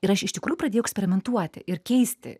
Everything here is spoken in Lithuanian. ir aš iš tikrųjų pradėjau eksperimentuoti ir keisti